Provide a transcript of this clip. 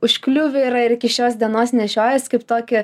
užkliuvę yra ir iki šios dienos nešiojies kaip tokį